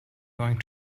going